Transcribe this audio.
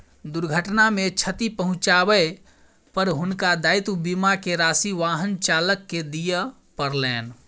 दुर्घटना मे क्षति पहुँचाबै पर हुनका दायित्व बीमा के राशि वाहन चालक के दिअ पड़लैन